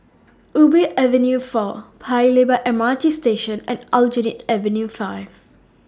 Ubi Avenue four Paya Lebar M R T Station and Aljunied Avenue five